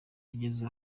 yageze